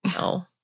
no